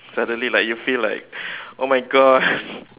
suddenly like you feel like oh my God